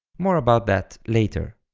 more about that later.